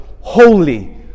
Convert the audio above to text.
holy